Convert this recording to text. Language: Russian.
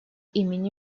имени